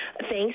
thanks